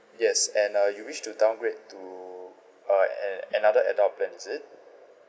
yes and uh you wish to downgrade to uh a~ another adult plan is it